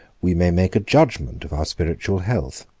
we may make a judgment of our spiritual health,